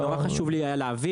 נורא חשוב לי היה להעביר,